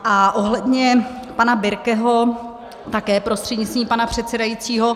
A ohledně pana Birkeho, také prostřednictvím pana předsedajícího.